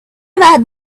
about